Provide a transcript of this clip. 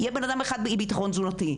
יהיה בנאדם אחד באי ביטחון תזונתי,